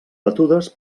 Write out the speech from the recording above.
batudes